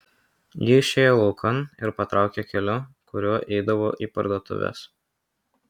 ji išėjo laukan ir patraukė keliu kuriuo eidavo į parduotuves